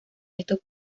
estos